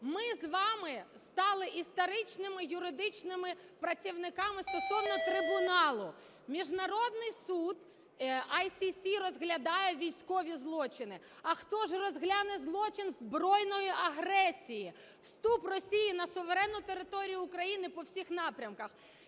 ми з вами стали історичними юридичними працівниками стосовно трибуналу. Міжнародний суд ІСС розглядає військові злочини. А хто ж розгляне злочин збройної агресії, вступ Росії на суверенну територію України по всіх напрямках?